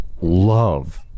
love